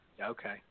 Okay